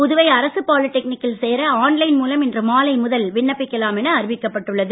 புதுவை அரசு பாலிடெக்னிக்கல்லில் சேர ஆன்லைன் மூலம் இன்று மாலை முதல் விண்ணப்பிக்கலாம் என அறிவிக்கப்பட்டுள்ளது